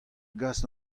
gas